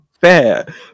Fair